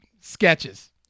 sketches